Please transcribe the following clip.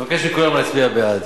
אני מבקש מכולם להצביע בעד.